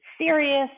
serious